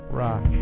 rock